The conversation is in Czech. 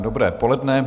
Dobré poledne.